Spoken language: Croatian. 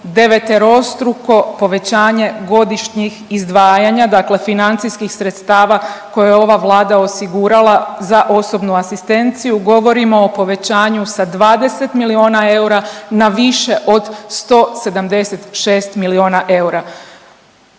deveterostruko povećanje godišnjih izdvajanja dakle financijskih sredstava koje je ova Vlada osigurala za osobnu asistenciju. Govorimo o povećanju sa 20 milijuna eura na više od 176 milijuna eura.